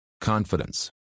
Confidence